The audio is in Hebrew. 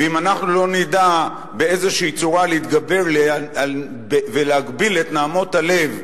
ואם אנחנו לא נדע באיזו צורה להתגבר ולהגביל את נהמות הלב,